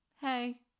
hey